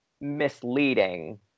misleading